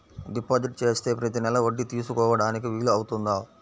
Deposit చేస్తే ప్రతి నెల వడ్డీ తీసుకోవడానికి వీలు అవుతుందా?